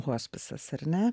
hospisas ar ne